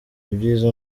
ibyiza